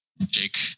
Jake